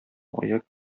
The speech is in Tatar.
аяк